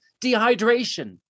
dehydration